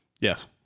yes